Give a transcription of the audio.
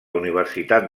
universitat